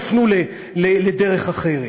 יפנו לדרך אחרת.